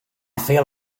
feel